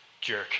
jerk